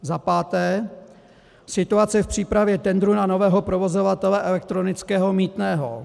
za páté situace v přípravě tendru na nového provozovatele elektronického mýtného.